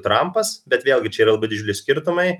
trampas bet vėlgi čia yra labai dideli skirtumai